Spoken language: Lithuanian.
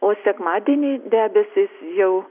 o sekmadienį debesys jau